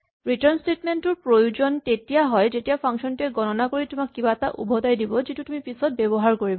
return statement টোৰ প্ৰয়োজন তেতিয়া হয় যেতিয়া ফাংচন টোৱে গণনা কৰি তোমাক কিবা এটা উভতাই দিব যিটো তুমি পিছত ব্যৱহাৰ কৰিবা